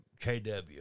KW